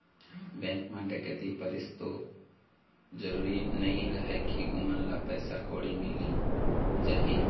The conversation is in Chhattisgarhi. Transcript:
बेंक म डकैती परिस त जरूरी नइ रहय के ओमन ल पइसा कउड़ी मिली जाही